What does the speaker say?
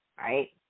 right